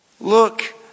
look